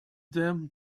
them